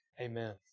Amen